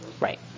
Right